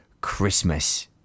Christmas